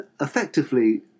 effectively